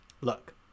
look